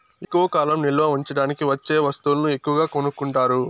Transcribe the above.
ఎక్కువ కాలం నిల్వ ఉంచడానికి వచ్చే వస్తువులను ఎక్కువగా కొనుక్కుంటారు